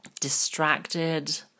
Distracted